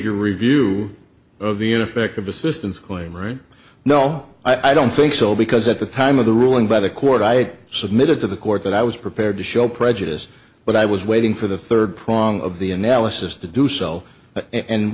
your review of the in effect of assistance going right no i don't think so because at the time of the ruling by the court i had submitted to the court that i was prepared to show prejudice but i was waiting for the third prong of the analysis to do sell and